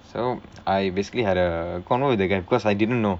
so I basically had a convo with the guy cause I didn't know